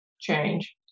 change